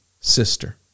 sister